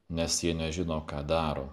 nes jie nežino ką daro